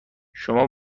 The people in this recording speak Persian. شما